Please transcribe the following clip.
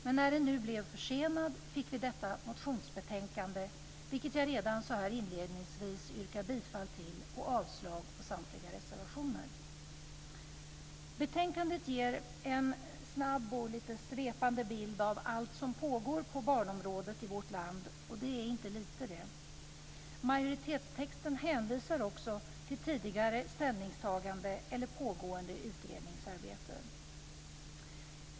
Men när den nu blev försenad fick vi detta motionsbetänkande, vilket jag redan så här inledningsvis yrkar bifall till samt avslag på samtliga reservationer. Betänkandet ger en snabb och lite svepande bild av allt som pågår på barnområdet i vårt land - och det är inte lite, det. Majoritetstexten hänvisar också till tidigare ställningstaganden eller pågående utredningsarbete.